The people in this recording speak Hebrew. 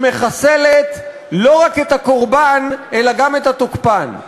שמחסלת לא רק את הקורבן אלא גם את התוקפן.